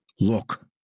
Look